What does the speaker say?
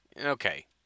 Okay